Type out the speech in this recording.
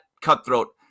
cutthroat